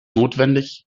notwendig